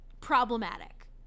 problematic